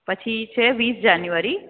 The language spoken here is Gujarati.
પછી છે વીસ જાન્યુવારી